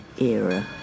Era